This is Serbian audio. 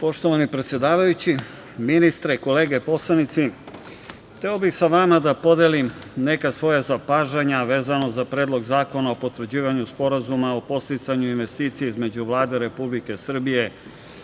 Poštovani predsedavajući, ministre, kolege poslanici, hteo bih sa vama da podelim neka svoja zapažanja vezano za Predlog zakona o potvrđivanju Sporazuma o podsticanju investicije između Vlade Republike Srbije